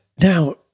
Now